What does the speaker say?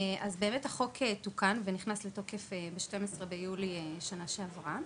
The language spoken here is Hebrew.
אז החוק תוקן ונכנס לתוקף ב-12 ביולי, בשנה שעברה.